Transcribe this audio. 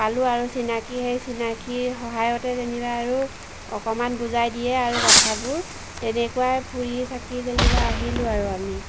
পালোঁ আৰু চিনাকী সেই চিনাকীৰ সহায়তে যেনিবা আৰু অকণমান বুজাই দিয়ে আৰু কথাবোৰ তেনেকুৱাই ফুৰি চাকি যেনিবা আহিলোঁ আৰু আমি